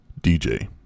DJ